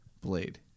Blade